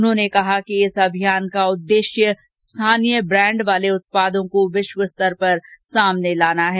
उन्होंने कहा कि इस अभियान का उददेश्य स्थानीय ब्रांड वाले उत्पादों को विश्व स्तर पर सामने लाना है